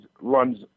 runs